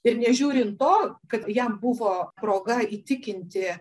ir nežiūrint to kad jam buvo proga įtikinti